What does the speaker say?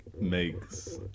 makes